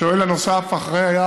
השואל הנוסף אחרי,